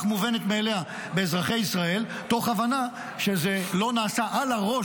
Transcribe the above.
מובנת מאליה באזרחי ישראל תוך הבנה שזה לא נעשה על הראש,